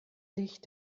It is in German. licht